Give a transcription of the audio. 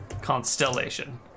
Constellation